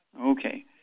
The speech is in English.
Okay